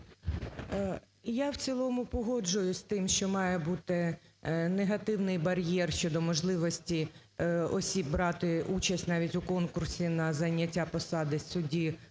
Я в цілому погоджусь з тим, що має бути негативнийбар'є'р щодо можливості осіб брати участь навіть у конкурсі на зайняття посади судді